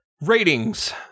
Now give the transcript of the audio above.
Ratings